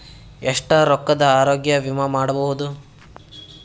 ಎಷ್ಟ ರೊಕ್ಕದ ಆರೋಗ್ಯ ವಿಮಾ ಮಾಡಬಹುದು?